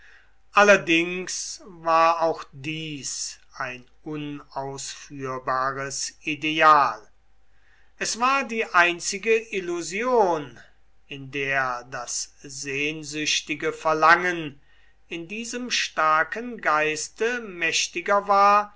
allerdings war auch dies ein unausführbares ideal es war die einzige illusion in der das sehnsüchtige verlangen in diesem starken geiste mächtiger war